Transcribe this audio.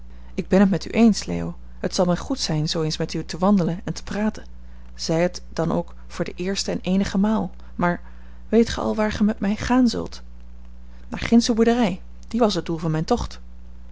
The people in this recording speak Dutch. ik ben het met u eens leo het zal mij goed zijn zoo eens met u te wandelen en te praten zij het dan ook voor de eerste en eenige maal maar weet gij al waar gij met mij gaan zult naar gindsche boerderij die was het doel van mijn tocht